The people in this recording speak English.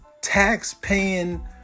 tax-paying